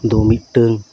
ᱫᱚ ᱢᱤᱫᱴᱟᱹᱝ